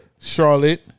Charlotte